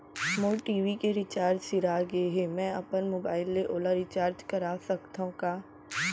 मोर TV के recharge सिरा गे हे, मैं अपन मोबाइल ले ओला रिचार्ज करा सकथव का?